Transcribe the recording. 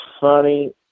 funny